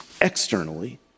externally